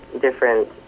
different